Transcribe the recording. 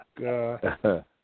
God